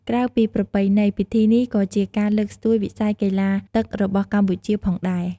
ក្រៅពីប្រពៃណី ពិធីនេះក៏ជាការលើកស្ទួយវិស័យកីឡាទឹករបស់កម្ពុជាផងដែរ។